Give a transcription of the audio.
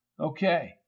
Okay